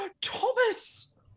Thomas